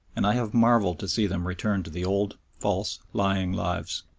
and i have marvelled to see them return to the old false, lying lives.